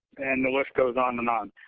and the list goes on and on.